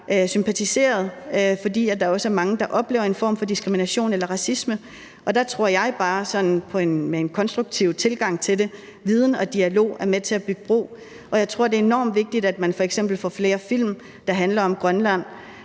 sympatiserer med den, fordi der også er mange, der oplever en form for diskrimination eller racisme. Og der tror jeg bare, at en konstruktiv tilgang til det, viden og dialog er med til at bygge bro. Jeg tror, det er enormt vigtigt, at man f.eks. får flere film, der handler om Grønland;